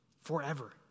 forever